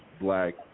black